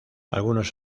algunos